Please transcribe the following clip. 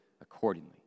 accordingly